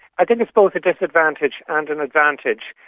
i think it's both a disadvantage and an advantage.